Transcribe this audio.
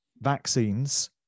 vaccines